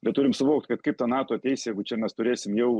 bet turim suvokt kad kaip ta nato ateis jeigu čia mes turėsim jau